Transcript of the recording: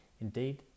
Indeed